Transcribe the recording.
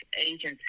agencies